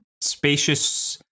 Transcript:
spacious